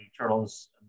turtles